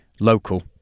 local